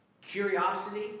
Curiosity